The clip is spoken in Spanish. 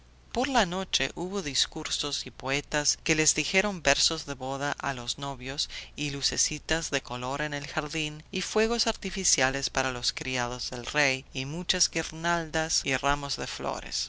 por la noche hubo discursos y poetas que les dijeron versos de bodas a los novios y lucecitas de color en el jardín y fuegos artificiales para los criados del rey y muchas guirnaldas y ramos de flores